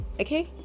okay